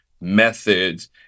methods